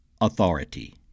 authority